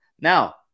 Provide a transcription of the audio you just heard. Now